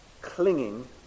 clinging